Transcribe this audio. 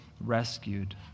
rescued